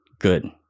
good